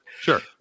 Sure